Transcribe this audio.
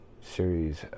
series